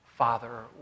Father